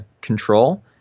control